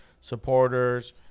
supporters